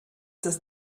das